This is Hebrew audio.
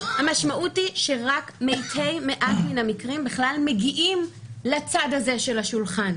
המשמעות היא שרק מעט מן המקרים בכלל מגיעים להליך כלשהו.